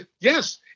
Yes